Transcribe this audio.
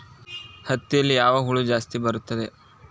ಹತ್ತಿಯಲ್ಲಿ ಯಾವ ಹುಳ ಜಾಸ್ತಿ ಬರುತ್ತದೆ?